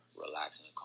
relaxing